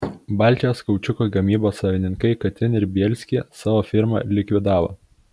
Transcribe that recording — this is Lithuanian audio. baltijos kaučiuko gamybos savininkai katin ir bielsky savo firmą likvidavo